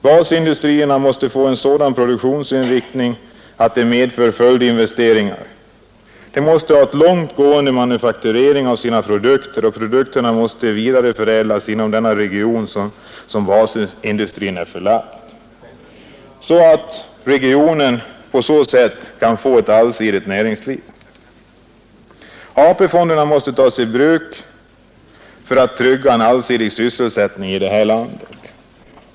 Basindustrierna måste få en sådan produktionsinriktning att det medför följdinvesteringar. De måste ha en långt gående manufakturering av sina produkter, och produkterna måste kunna vidareförädlas inom den region där basindustrin är förlagd, så att regionen på så sätt får ett allsidigt näringsliv. AP-fonderna måste tas i bruk för att trygga en allsidig sysselsättning i det här landet.